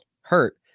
hurt